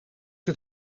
het